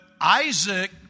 Isaac